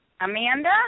Amanda